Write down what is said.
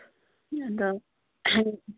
ꯑꯗꯣ